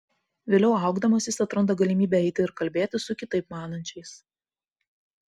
vėliau augdamas jis atranda galimybę eiti ir kalbėtis su kitaip manančiais